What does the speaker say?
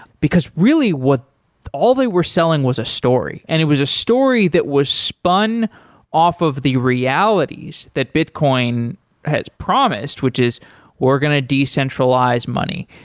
because really what all they were selling was a story, and it was a story that was spun off of the realities that bitcoin has promised, which is we're going to decentralize money.